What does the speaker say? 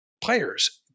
players